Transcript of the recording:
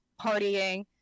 partying